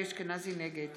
נגד